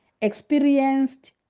experienced